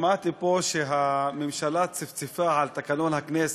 שמעתי פה שהממשלה צפצפה על תקנון הכנסת.